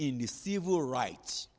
in the civil rights